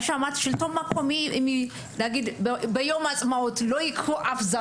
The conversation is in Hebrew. כפי שאמרת שהרשויות המקומיות ביום העצמאות לא ייקחו אף זמר,